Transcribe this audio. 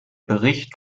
bericht